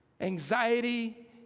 Anxiety